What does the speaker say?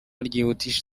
ryihutisha